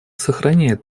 сохраняет